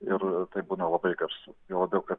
ir taip būna labai garsu juo labiau kad